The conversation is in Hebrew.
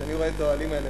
כשאני רואה את האוהלים האלה,